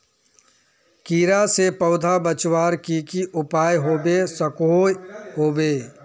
कीड़ा से पौधा बचवार की की उपाय होबे सकोहो होबे?